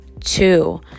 two